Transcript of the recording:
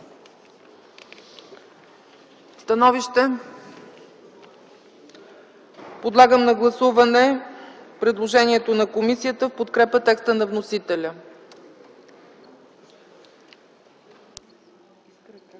Становища? Няма. Подлагам на гласуване предложението на комисията в подкрепа текста на вносителя.